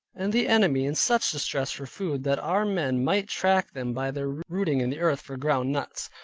and the enemy in such distress for food that our men might track them by their rooting in the earth for ground nuts,